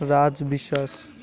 Raj Biswas